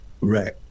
Right